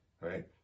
right